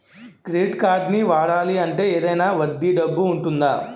Credit కార్డ్ని వాడాలి అంటే ఏదైనా వడ్డీ డబ్బు ఉంటుందా?